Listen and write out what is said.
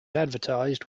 advertised